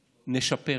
נשפר.